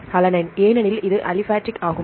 alanine ஏனெனில் இது aliphatic ஆகும்